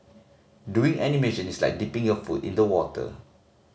doing animation is like dipping your foot in the water